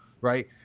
right